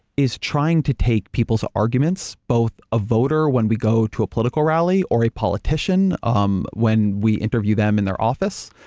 is trying to take people's arguments, both a voter when we got to a political rally, or a politician um when we interview them in their office,